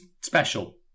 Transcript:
special